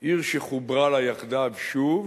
עיר שחוברה לה יחדיו שוב